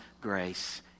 grace